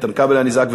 איתן כבל היה נזעק,